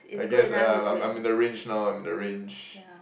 I guess I'm I'm I'm in the range now I'm in the range